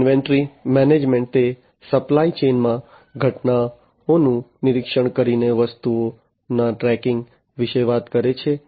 inventory management તે supply ચેઇનમાં ઘટનાઓનું નિરીક્ષણ કરીને વસ્તુઓના ટ્રેકિંગ વિશે વાત કરે છે